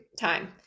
time